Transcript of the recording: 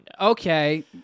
Okay